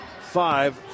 five